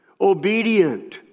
obedient